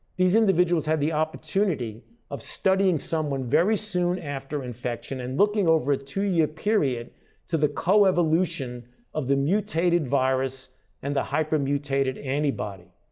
these individuals have the opportunity of studying someone very soon after infection and looking over a two-year period to the co-evolution of the mutated virus and the hypermutated antibody.